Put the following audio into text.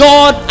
God